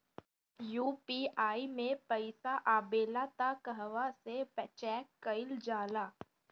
UPI मे पइसा आबेला त कहवा से चेक कईल जाला?